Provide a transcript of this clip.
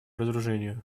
разоружению